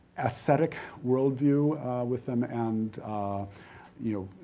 ascetic world view with them and you